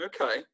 Okay